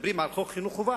מדברים על חוק חינוך חובה,